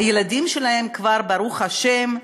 הילדים שלהם כבר, ברוך השם,